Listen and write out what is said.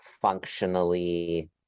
functionally